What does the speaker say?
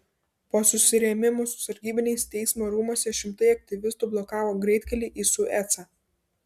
po susirėmimų su sargybiniais teismo rūmuose šimtai aktyvistų blokavo greitkelį į suecą